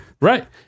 Right